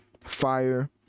fire